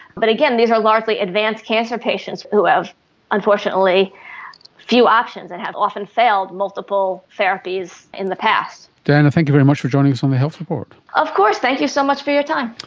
but again, these are largely advanced cancer patients who have unfortunately few options and have often failed multiple therapies in the past. diana, thank you very much for joining us on the health report. of course, thank you so much for your time.